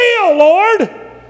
Lord